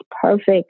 perfect